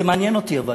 זה מעניין אותי אבל.